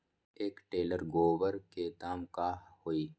एक टेलर गोबर के दाम का होई?